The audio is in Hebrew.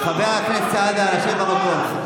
חבר הכנסת סעדה, לשבת במקום.